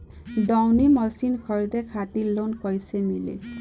दऊनी मशीन खरीदे खातिर लोन कइसे मिली?